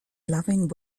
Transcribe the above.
loving